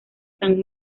san